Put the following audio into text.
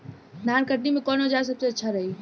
धान कटनी मे कौन औज़ार सबसे अच्छा रही?